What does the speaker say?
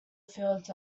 fields